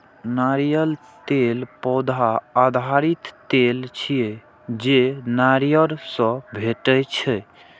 नारियल तेल पौधा आधारित तेल छियै, जे नारियल सं भेटै छै